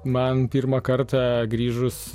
man pirmą kartą grįžus